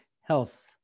health